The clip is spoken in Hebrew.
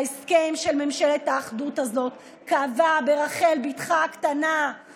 ההסכם של ממשלת האחדות הזאת קבע ברחל בתך הקטנה,